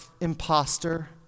imposter